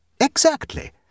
Exactly